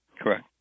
Correct